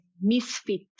misfit